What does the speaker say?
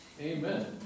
Amen